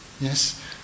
Yes